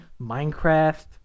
Minecraft